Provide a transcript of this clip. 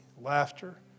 laughter